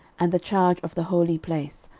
and the charge of the holy place,